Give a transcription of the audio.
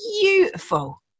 beautiful